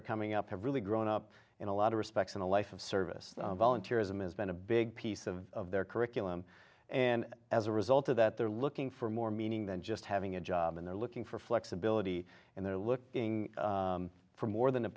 are coming up have really grown up in a lot of respects in a life of service volunteer ism is been a big piece of their curriculum and as a result of that they're looking for more meaning than just having a job and they're looking for flexibility and they're looking for more than a